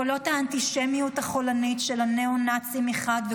קולות האנטישמיות החולנית של הניאו-נאצים מחד גיסא